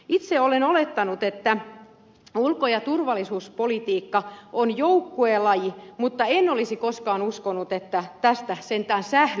itse olen olettanut että ulko ja turvallisuuspolitiikka on joukkuelaji mutta en olisi koskaan uskonut että tästä sentään sählyä tehdään